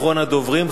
אחרון הדוברים,